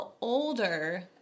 older